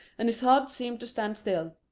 and his heart seemed to stand still.